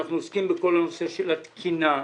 אנחנו עוסקים בכל הנושא של התקינה,